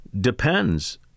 depends